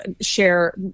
share